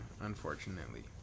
unfortunately